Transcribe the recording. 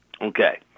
Okay